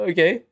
Okay